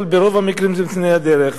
אבל ברוב המקרים בגלל תנאי הדרך.